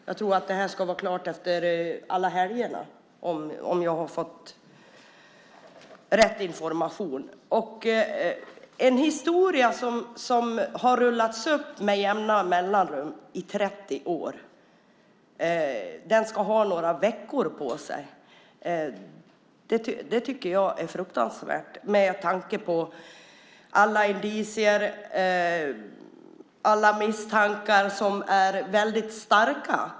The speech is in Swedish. Jag tror att utredningen ska vara klar efter alla helgerna, om jag har fått rätt information. En historia som har rullats upp med jämna mellanrum i 30 år ska alltså ha några veckor på sig. Det tycker jag är fruktansvärt med tanke på alla indicier och alla starka misstankar.